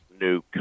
new